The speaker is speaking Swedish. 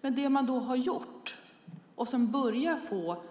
Men det man har gjort och som börjar få